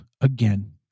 again